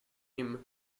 him